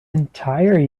entire